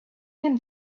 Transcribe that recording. him